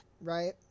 Right